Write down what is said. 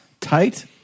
tight